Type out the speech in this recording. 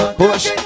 push